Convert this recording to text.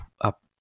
up